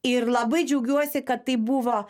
ir labai džiaugiuosi kad tai buvo